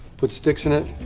puts sticks in it.